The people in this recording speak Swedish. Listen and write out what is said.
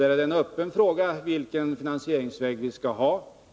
Det är en öppen fråga vilken finansiering vi skall ha.